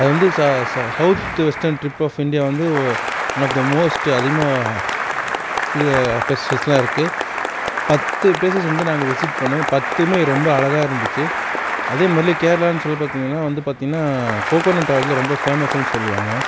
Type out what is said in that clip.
அது வந்து ச south western strip of India வந்து ஒன் ஆஃப் த மோஸ்ட்டு அதிகமாக ஸ்பெஷலிஸ்டெலாம் இருக்குது பத்து பிளேசஸ் வந்து நாங்கள் விசிட் பண்ணிணோம் பத்துமே ரொம்ப அழகாக இருந்துச்சு அதே மாதிரி தான் கேரளானு சொல்லி பார்த்தீங்னா வந்து பார்த்தீங்னா கோக்கனட் ஆயில் தான் ரொம்ப ஃபேமஸ்னு சொல்லுவாங்க